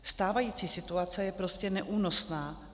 Stávající situace je prostě neúnosná.